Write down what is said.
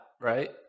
right